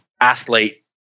athlete